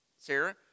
Sarah